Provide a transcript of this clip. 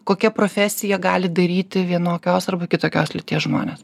kokia profesija gali daryti vienokios arba kitokios lyties žmonės